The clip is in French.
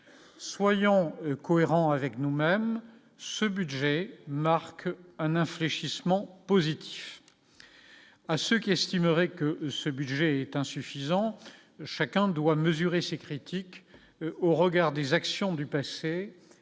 soyons cohérents avec nous-mêmes, ce budget marque un infléchissement positif à ceux qui estimerait que ce budget est insuffisant, chacun doit mesurer ses critiques au regard des actions du passé